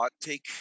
take